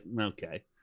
okay